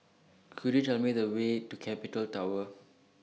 Could YOU Tell Me The Way to Capital Tower